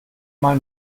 mal